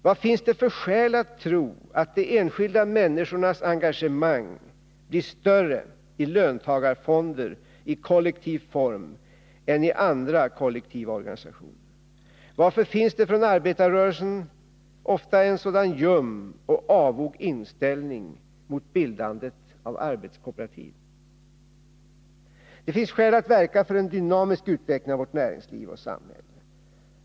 Vad finns det för skäl att tro att de enskilda människornas engagemang blir större i löntagarfonder i kollektiv form än i andra kollektiva fonder? Varför finns det från arbetarrörelsen ofta en sådan ljum och avog inställning mot bildande av arbetskooperativ? Det finns skäl att verka för en dynamisk utveckling av vårt näringsliv och samhälle.